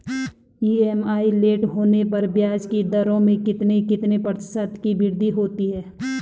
EMI late होने पर ब्याज की दरों में कितने कितने प्रतिशत की वृद्धि होती है?